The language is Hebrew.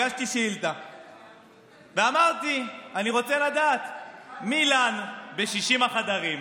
הגשתי שאילתה ואמרתי: אני רוצה לדעת מי לן ב-60 החדרים,